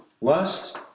lust